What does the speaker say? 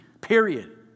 period